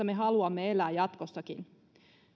me haluamme elää jatkossakin